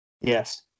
yes